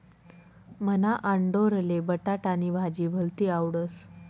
मन्हा आंडोरले बटाटानी भाजी भलती आवडस